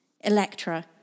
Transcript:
Electra